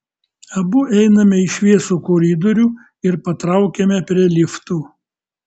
abu einame į šviesų koridorių ir patraukiame prie liftų